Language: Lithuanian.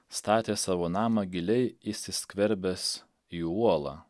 statė savo namą giliai įsiskverbęs į uolą